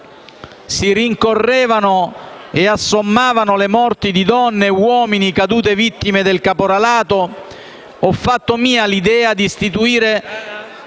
si rincorrevano e assommavano le morti di donne e uomini caduti vittime del caporalato, ho fatto mia l'idea di istituire...